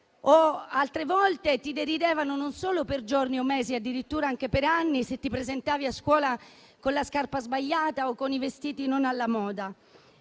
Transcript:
Altre volte ti deridevano non solo per giorni o per mesi, addirittura anche per anni, se ti presentavi a scuola con la scarpa sbagliata o con i vestiti non alla moda.